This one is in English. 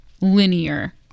linear